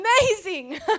Amazing